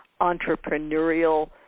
entrepreneurial